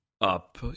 up